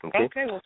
Okay